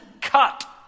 cut